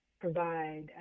provide